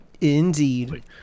Indeed